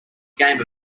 game